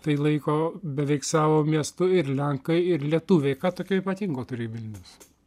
tai laiko beveik savo miestu ir lenkai ir lietuviai ką tokio ypatingo turi vilnius